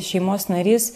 šeimos narys